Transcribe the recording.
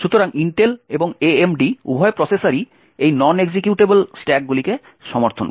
সুতরাং ইন্টেল এবং এএমডি উভয় প্রসেসরই এই নন এক্সিকিউটেবল স্ট্যাকগুলিকে সমর্থন করে